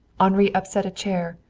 henri upset a chair.